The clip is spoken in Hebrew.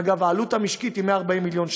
אגב, העלות המשקית היא 140 מיליון שקלים,